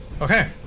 Okay